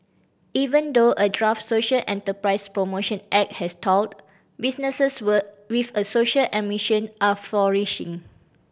even though a draft social enterprise promotion act has stalled businesses with a social and mission are flourishing